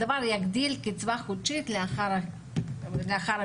הדבר יגדיל קצבה חודשית לאחר הפרישה.